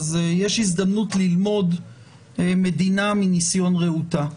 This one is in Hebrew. אז יש הזדמנות ללמוד מדינה מניסיון רעותה.